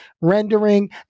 rendering